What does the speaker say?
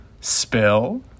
Spill